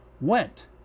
went